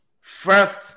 First